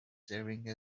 serving